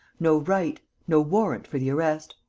no right, no warrant for the arrest.